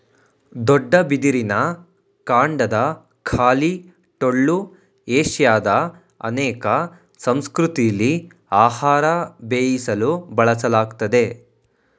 ದೊಡ್ಡ ಬಿದಿರಿನ ಕಾಂಡದ ಖಾಲಿ ಟೊಳ್ಳು ಏಷ್ಯಾದ ಅನೇಕ ಸಂಸ್ಕೃತಿಲಿ ಆಹಾರ ಬೇಯಿಸಲು ಬಳಸಲಾಗ್ತದೆ